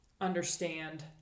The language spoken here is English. understand